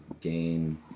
gain